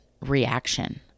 reaction